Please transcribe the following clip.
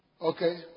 Okay